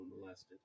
molested